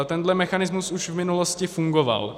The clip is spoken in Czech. Tenhle mechanismus už v minulosti fungoval.